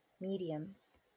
mediums